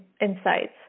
insights